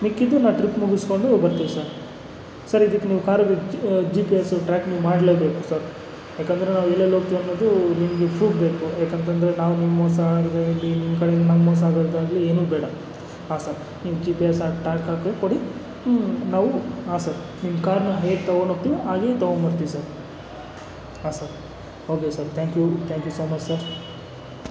ಮಿಕ್ಕಿದ್ದು ನಾವು ಟ್ರಿಪ್ ಮುಗಿಸ್ಕೊಂಡು ಬರ್ತೀವಿ ಸರ್ ಸರ್ ಇದಕ್ಕೆ ನೀವು ಕಾರಿದ್ದು ಜಿ ಪಿ ಎಸ್ ಟ್ರ್ಯಾಕ್ ನೀವು ಮಾಡ್ಲೇಬೇಕು ಸರ್ ಯಾಕೆಂದ್ರೆ ನಾವು ಎಲ್ಲೆಲ್ಲಿ ಹೋಗ್ತೀವಿ ಅನ್ನೋದು ನಿಮಗೆ ಫೂಟ್ ಬೇಕು ಯಾಕೆಂತಂದ್ರೆ ನಾವು ನಿಮಗೆ ಮೋಸ ಮಾಡೋದಾಗ್ಲಿ ನಿಮ್ಮ ಕೈಯ್ಯಿಂದ ನಮಗೆ ಮೋಸ ಆಗೋದಾಗ್ಲಿ ಏನು ಬೇಡ ಹಾಂ ಸರ್ ನೀವು ಜಿ ಪಿ ಎಸ್ ಹಾಕಿ ಟ್ರ್ಯಾಕ್ ಹಾಕಿ ಕೊಡಿ ನಾವು ಹಾಂ ಸರ್ ನಿಮ್ಮ ಕಾರನ್ನು ಹೇಗೆ ತೊಗೊಂಡೋಗ್ತಿವೋ ಹಾಗೆ ತೊಗೊಂಡು ಬರ್ತೀವಿ ಸರ್ ಹಾಂ sir okay sir thank you thank you so much sir